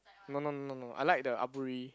no no no no I like the aburi